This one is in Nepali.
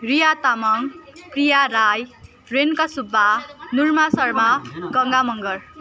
रिया तामाङ प्रिया राई रेनुका सुब्बा नुर्मा शर्मा गङ्गा मगर